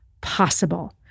possible